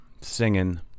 singing